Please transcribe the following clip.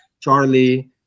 Charlie